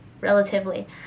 relatively